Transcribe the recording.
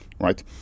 Right